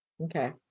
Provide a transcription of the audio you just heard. Okay